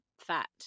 fat